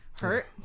hurt